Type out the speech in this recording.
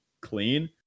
clean